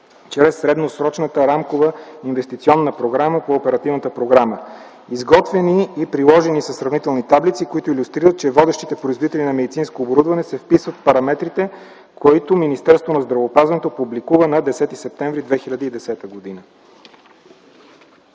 чрез средносрочната рамкова инвестиционна програма по оперативната програма. Изготвени и приложени са сравнителни таблици, които илюстрират, че водещите производители на медицинско оборудване се вписват в параметрите, които Министерството на здравеопазването публикува на 10 септември 2010 г.